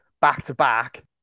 back-to-back